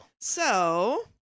So-